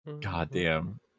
goddamn